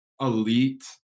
elite